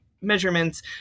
measurements